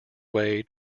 way